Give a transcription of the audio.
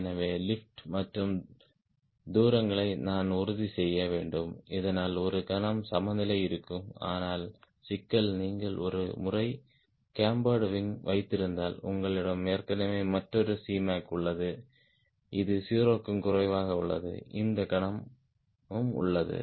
எனவே லிப்ட் மற்றும் தூரங்களை நான் உறுதி செய்ய வேண்டும் இதனால் ஒரு கணம் சமநிலை இருக்கும் ஆனால் சிக்கல் நீங்கள் ஒரு முறை கேம்பேரேட் விங் வைத்திருந்தால் உங்களிடம் ஏற்கனவே மற்றொரு Cmac உள்ளது இது 0 க்கும் குறைவாக உள்ளது இந்த கணமும் உள்ளது